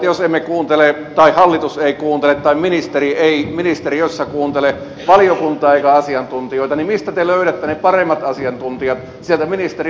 jos emme kuuntele tai hallitus ei kuuntele tai ministeri ei ministeriössä kuuntele valiokuntaa eikä asiantuntijoita niin mistä te löydätte ne paremmat asiantuntijat sieltä ministeriön sisältäkö